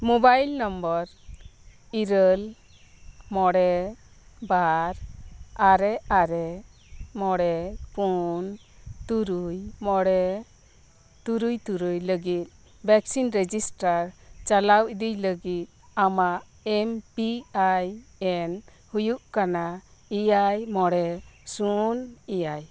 mobile number ᱤᱨᱟᱹᱞ ᱢᱚᱬᱮ ᱵᱟᱨ ᱟᱨᱮ ᱟᱨᱮ ᱢᱚᱬᱮ ᱯᱩᱱ ᱛᱩᱨᱩᱭ ᱢᱚᱬᱮ ᱛᱩᱨᱩᱭ ᱛᱩᱨᱩᱭ ᱞᱟᱹᱜᱤᱫ ᱵᱷᱮᱠᱥᱤᱱ ᱨᱮᱡᱤᱥᱴᱟᱨ ᱪᱟᱞᱟᱣ ᱤᱫᱤᱭ ᱞᱟᱹᱜᱤᱫ ᱟᱢᱟᱜ ᱮᱢ ᱯᱤ ᱟᱭ ᱮᱱ ᱦᱩᱭᱩᱜ ᱠᱟᱱᱟ ᱮᱭᱟᱭ ᱢᱚᱬᱮ ᱥᱩᱱ ᱮᱭᱟᱭ